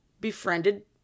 befriended